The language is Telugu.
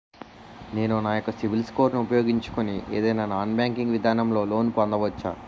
నేను నా యెక్క సిబిల్ స్కోర్ ను ఉపయోగించుకుని ఏదైనా నాన్ బ్యాంకింగ్ విధానం లొ లోన్ పొందవచ్చా?